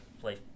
play